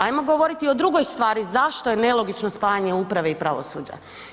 Ajmo govoriti o drugoj stvari zašto je nelogično spajanje uprave i pravosuđa.